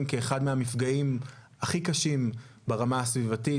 כאחד מהמפגעים הכי קשים ברמה הסביבתית,